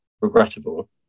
regrettable